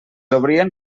obrien